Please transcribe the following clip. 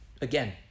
Again